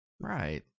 Right